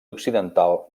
occidental